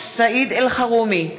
סעיד אלחרומי,